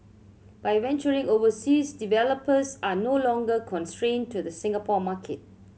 by venturing overseas developers are no longer constrained to the Singapore market